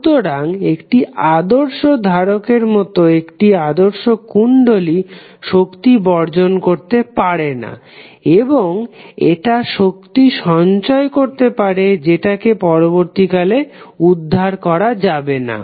সুতরাং একটি আদর্শ ধারকের মত একটি আদর্শ কুণ্ডলী শক্তি বর্জন করতে পারে না এবং এটা শক্তি সঞ্চয় করতে পারে যেটাকে পরবর্তীকালে উদ্ধার করা যাবে না